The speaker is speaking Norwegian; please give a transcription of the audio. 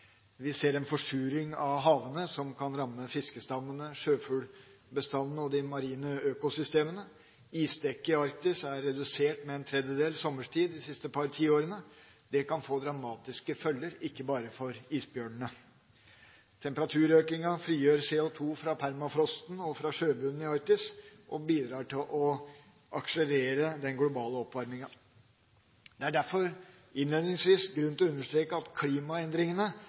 Vi ser en forsuring av havene som kan ramme fiskestammene, sjøfuglbestandene og de marine økosystemene. Isdekket i Arktis er redusert med en tredel sommerstid de siste par tiårene. Det kan få dramatiske følger, ikke bare for isbjørnene. Temperaturøkinga frigjør CO2 fra permafrosten og fra sjøbunnen i Arktis og bidrar til å akselerere den globale oppvarminga. Det er derfor innledningsvis grunn til å understreke at klimaendringene